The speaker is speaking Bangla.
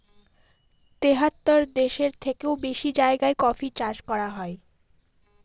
তেহাত্তর দেশের থেকেও বেশি জায়গায় কফি চাষ করা হয়